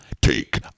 take